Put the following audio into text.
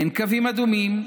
אין קווים אדומים,